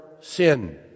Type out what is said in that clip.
sin